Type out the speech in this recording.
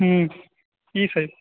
हूँ ठीक छै